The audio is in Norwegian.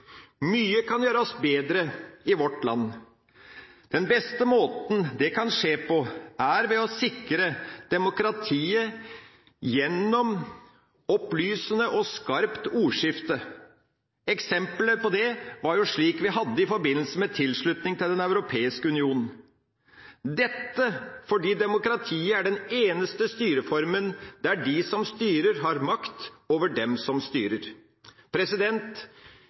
Mye kan gjøres bedre i vårt land. Den beste måten det kan skje på, er ved å sikre demokratiet gjennom et opplysende og skarpt ordskifte. Eksemplet på det er slik det var i forbindelse med tilslutning til Den europeiske union, fordi demokratiet er den eneste styreformen der de som blir styrt, har makt over dem som styrer.